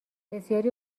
بسیاری